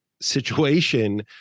situation